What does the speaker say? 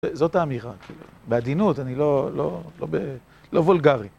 זאת האמירה, בעדינות, אני לא... לא ב... לא וולגרי.